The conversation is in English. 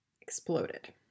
exploded